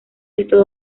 estos